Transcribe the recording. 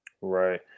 right